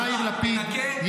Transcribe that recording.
יאיר לפיד,